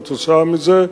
כתוצאה מזה,